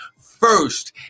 first